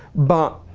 but